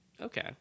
Okay